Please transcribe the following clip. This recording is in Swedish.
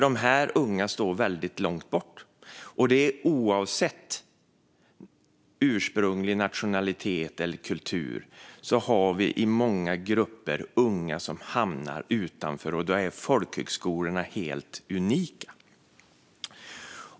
Dessa unga står väldigt långt bort från den, oavsett ursprunglig nationalitet eller kultur. I många grupper finns unga som hamnar utanför, och då är folkhögskolorna helt unika.